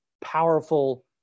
powerful